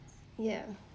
ya